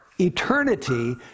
eternity